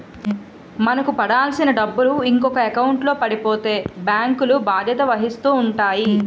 మనకు పడాల్సిన డబ్బులు ఇంకొక ఎకౌంట్లో పడిపోతే బ్యాంకులు బాధ్యత వహిస్తూ ఉంటాయి